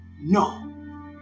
No